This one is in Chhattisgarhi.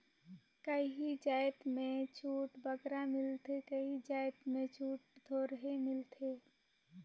काहीं जाएत में छूट बगरा मिलथे काहीं जाएत में छूट थोरहें मिलथे